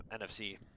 nfc